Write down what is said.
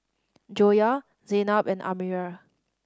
Joyah Zaynab and Amirah